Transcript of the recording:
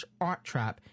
arttrap